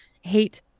hate